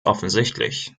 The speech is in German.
offensichtlich